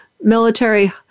military